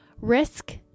risk